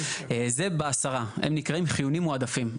זה ב-10, הם נקראים "חיוניים מועדפים".